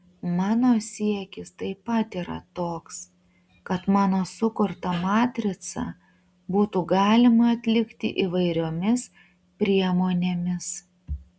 mano siekis taip pat yra toks kad mano sukurtą matricą būtų galima atlikti įvairiomis priemonėmis